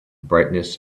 brightness